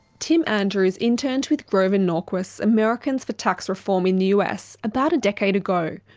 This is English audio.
tim andrews interned with grover norquist's americans for tax reform in the us about a decade ago,